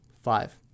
Five